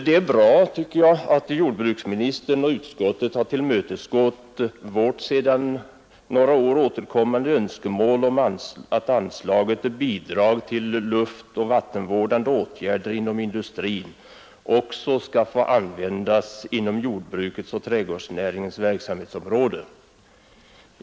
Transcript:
Det är bra att jordbruksministern och utskottet har tillmötesgått vårt sedan några år återkommande önskemål om att anslaget för bidraget till luftoch vattenvårdande åtgärder inom industrin också skall få användas inom jordbrukets och trädgårdsnäringens verksamhetsområde.